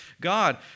God